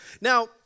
Now